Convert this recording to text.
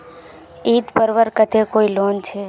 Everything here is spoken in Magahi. ईद पर्वेर केते कोई लोन छे?